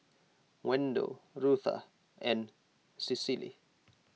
Wendel Rutha and Cicely